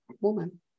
woman